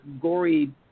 gory